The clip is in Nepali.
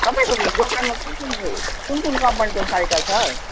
तपाईँको दोकानमा कुन कुनको कुन कुन कम्पनीको साइकल छ हौ